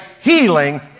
healing